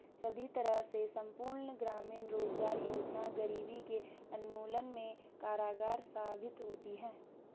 सभी तरह से संपूर्ण ग्रामीण रोजगार योजना गरीबी के उन्मूलन में कारगर साबित होती है